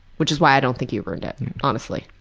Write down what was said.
which is why i don't think you ruined it honestly.